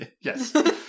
Yes